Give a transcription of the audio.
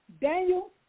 Daniel